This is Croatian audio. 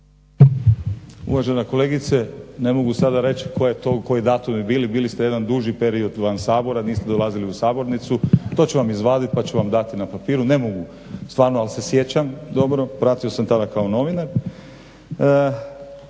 Uvažena kolegice ne mogu sada reći tko je to koji datumi bili, bili ste jedan duži period van Sabora, niste dolazili u sabornicu. To ću vam izvadit pa ću vam dati na papiru. Ne mogu, stvarno ali se sjećam dobro, pratio sam tada kao novinar.